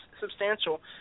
substantial